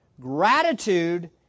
Gratitude